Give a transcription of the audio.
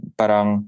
parang